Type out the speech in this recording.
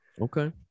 Okay